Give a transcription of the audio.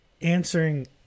answering